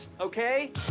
okay